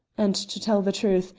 and to tell the truth,